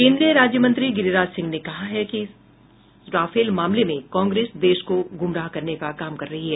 केन्द्रीय राज्यमंत्री गिरिराज सिंह ने कहा है कि राफेल मामले में कांग्रेस देश को गूमराह करने का काम कर रही है